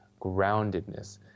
groundedness